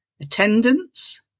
attendance